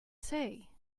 say